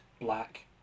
black